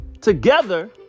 together